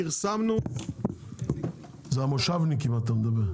פרסמנו --- זה המושבניקים אתה מדבר.